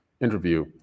interview